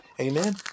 Amen